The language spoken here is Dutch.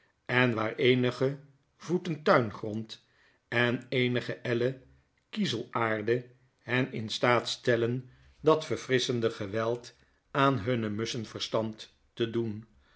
en waar eenige voeten tuingrond en eenige ellen kiezelaarde hen in staat stellen dat verfrisschende geweld aan hun musschenverstand te doen